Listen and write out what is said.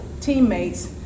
teammates